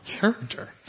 character